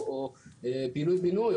או פינוי-בינוי,